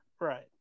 Right